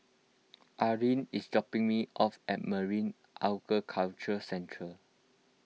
Arleen is dropping me off at Marine Aquaculture Centre